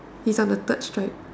his on the third stripe